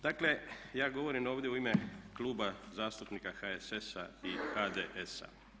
Dakle, ja govorim ovdje u ime Kluba zastupnika HSS-a i HDS-a.